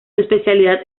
especialidad